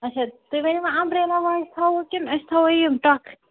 اَچھا تُہۍ ؤنِو وۄنۍ امبریلا واجہِ تھاوو کِنہٕ أسۍ تھاوو یِم ٹۄکہٕ